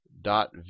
dot